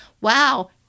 Wow